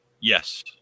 Yes